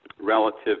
relative